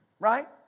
Right